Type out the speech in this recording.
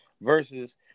versus